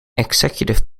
executive